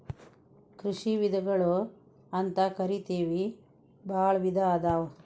ಕೃಷಿ ವಿಧಗಳು ಅಂತಕರಿತೆವಿ ಬಾಳ ವಿಧಾ ಅದಾವ